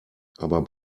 aber